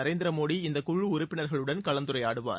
நரேந்திர மோடி இந்தக் குழு உறுப்பினர்களுடன் கலந்துரையாடுவார்